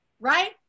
right